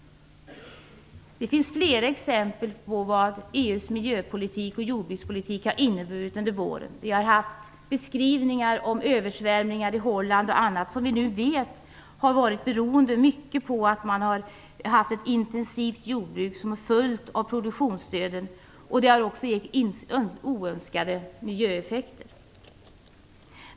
Det finns flera exempel på vad EU:s miljöpolitik och jordbrukspolitik har inneburit under våren. Vi har hört beskrivningar om översvämningar i Holland och på andra ställen. Vi vet nu att de till stor del har berott på det intensiva jordbruket som följt av produktionsstöden. Det har också givit oönskade miljöeffekter.